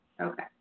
okay